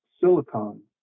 silicon